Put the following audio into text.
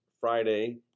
Friday